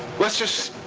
let's just.